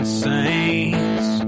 saints